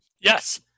Yes